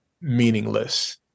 meaningless